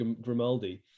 grimaldi